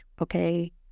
Okay